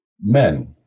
men